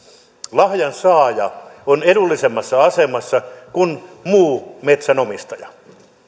lahjan saaja on edullisemmassa asemassa kuin muu metsänomistaja